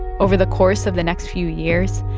over the course of the next few years,